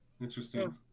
Interesting